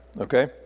okay